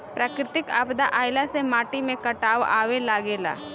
प्राकृतिक आपदा आइला से माटी में कटाव आवे लागेला